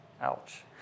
Ouch